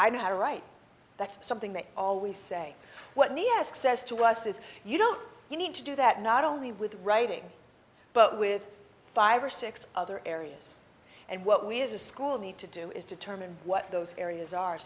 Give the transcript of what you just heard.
i know how to write that's something they always say what me ask says to us is you don't you need to do that not only with writing but with five or six other areas and what we as a school need to do is determine what those areas are